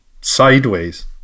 Sideways